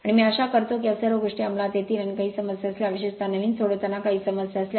आणि मी आशा करतो की या सर्व गोष्टी अंमलात येतील आणि काही समस्या असल्यास विशेषत नवीन सोडवताना काही समस्या असल्यास